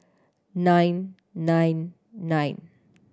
nine nine nine